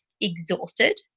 exhausted